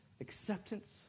acceptance